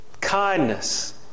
kindness